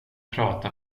prata